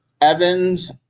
Evans